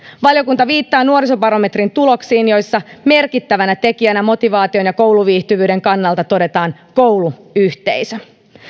valiokunta viittaa nuorisobarometrin tuloksiin joissa merkittävänä tekijänä motivaation ja kouluviihtyvyyden kannalta todetaan kouluyhteisö